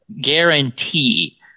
guarantee